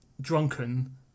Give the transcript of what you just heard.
drunken